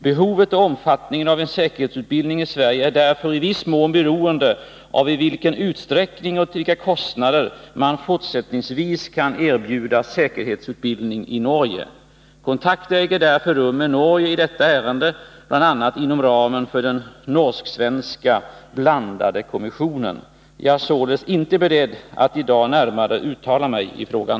Behovet och omfattningen av en säkerhetsutbildning i Sverige är därför i viss mån beroende av i vilken utsträckning och till vilka kostnader man fortsättningsvis kan erbjuda säkerhetsutbildning i Norge. Kontakter äger därför rum med Norge i detta ärende bl.a. inom ramen för den norsk-svenska blandade kommissionen. Jag är således inte beredd att i dag närmare uttala mig i frågan.